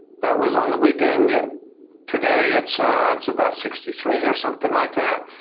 that was on the weekend, yet today it's ah it's about sixty three or something like that.